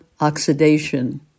oxidation